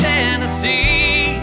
Tennessee